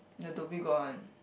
the Dhoby-Ghaut one